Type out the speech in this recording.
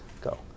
go